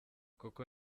koko